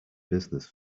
business